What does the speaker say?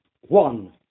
One